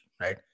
Right